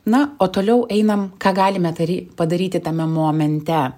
na o toliau einam ką galime dary padaryti tame momente